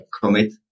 commit